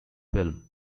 film